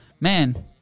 man